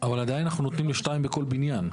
אבל עדיין אנחנו נותנים לשתיים בכל בניין.